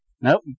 Nope